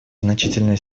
значительной